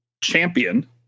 Champion